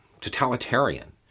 totalitarian